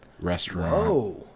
restaurant